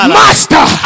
master